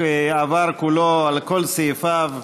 מי נגד סעיפים